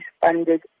funded